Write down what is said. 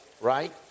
right